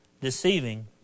deceiving